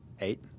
eight